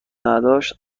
نداشت